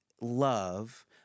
love